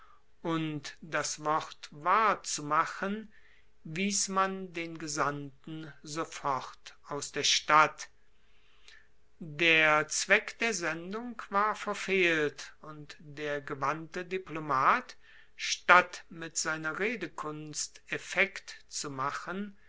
und das wort wahr zu machen wies man den gesandten sofort aus der stadt der zweck der sendung war verfehlt und der gewandte diplomat statt mit seiner redekunst effekt zu machen